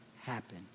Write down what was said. happen